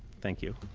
thank you.